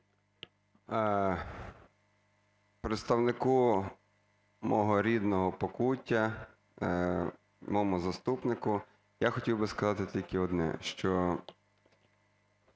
Представнику мого рідного Покуття, моєму заступнику я хотів би сказати тільки одне, що